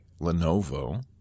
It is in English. Lenovo